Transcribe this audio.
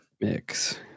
mix